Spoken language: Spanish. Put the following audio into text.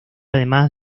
además